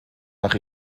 nach